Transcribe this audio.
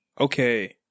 okay